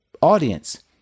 audience